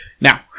now